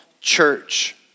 church